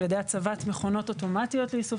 על ידי הצבת מכונות אוטומטיות לאיסוף,